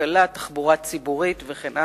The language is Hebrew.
הרכבת הקלה, מערך האוטובוסים וכן הלאה,